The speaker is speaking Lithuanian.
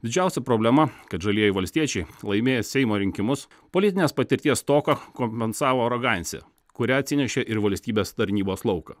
didžiausia problema kad žalieji valstiečiai laimėjo seimo rinkimus politinės patirties stoką kompensavo arogancija kurią atsinešė ir valstybės tarnybos lauką